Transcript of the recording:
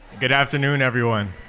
good afternoon, everyone.